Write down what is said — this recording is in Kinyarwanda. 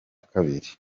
kabiri